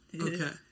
Okay